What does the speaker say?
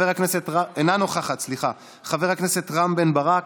אינה נוכחת, חבר הכנסת רם בן ברק,